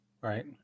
Right